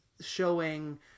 showing